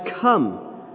come